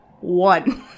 One